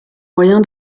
moyen